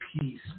peace